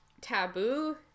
taboo